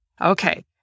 Okay